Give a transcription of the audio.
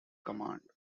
command